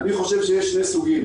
שני סוגים